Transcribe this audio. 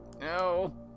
No